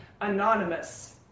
anonymous